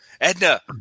Edna